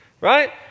right